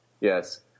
Yes